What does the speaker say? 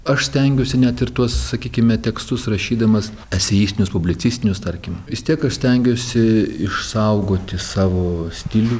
aš stengiuosi net ir tuos sakykime tekstus rašydamas eseistinius publicistinius tarkim vis tiek aš stengiuosi išsaugoti savo stilių